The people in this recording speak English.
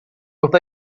with